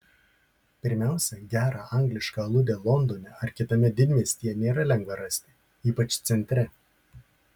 pirmiausia gerą anglišką aludę londone ar kitame didmiestyje nėra lengva rasti ypač centre